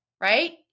right